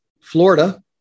Florida